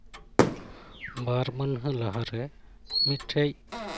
ᱵᱟᱨ ᱢᱟᱹᱱᱦᱟᱹ ᱞᱟᱦᱟᱨᱮ ᱢᱤᱫᱴᱟᱝ